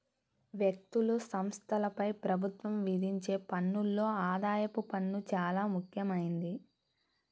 వ్యక్తులు, సంస్థలపై ప్రభుత్వం విధించే పన్నుల్లో ఆదాయపు పన్ను చానా ముఖ్యమైంది